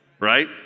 right